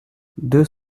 deux